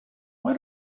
why